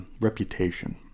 reputation